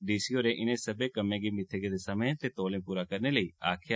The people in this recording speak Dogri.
डी सी होरें इनें सब्बै कम्मै गी मित्थे गेदे समय ते तौले पूरा करने लेई आक्खेआ